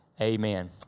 Amen